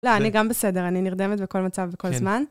לא, אני גם בסדר, אני נרדמת בכל מצב ובכל זמן.